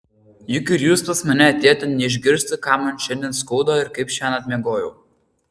juk ir jūs pas mane atėjote ne išgirsti ką man šiandien skauda ir kaip šiąnakt miegojau